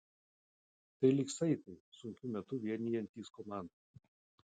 tai lyg saitai sunkiu metu vienijantys komandą